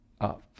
up